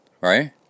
right